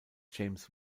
james